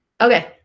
Okay